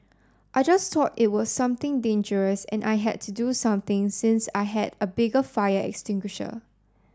I just thought it was something dangerous and I had to do something since I had a bigger fire extinguisher